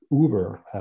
Uber